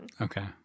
Okay